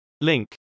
Link